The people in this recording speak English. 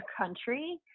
country